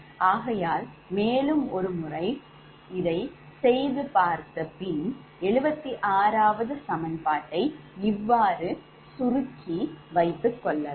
ஆகையால் மேலும் ஒருமுறை செய்து பார்த்த பின் 76 சமன்பாட்டை இவ்வாறு சுருக்கி வைத்துக் கொள்ளலாம்